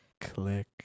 Click